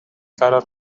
فرار